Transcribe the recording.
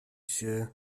się